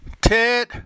Ted